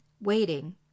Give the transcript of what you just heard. waiting